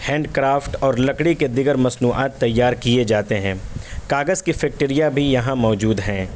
hand craft اور لکڑی کے دیگر مصنوعات تیار کیے جاتے ہیں کاغذ کی فیکٹریاں بھی یہاں موجود ہیں